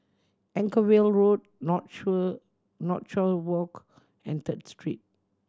Anchorvale Walk Northshore Northshore Walk and Third Street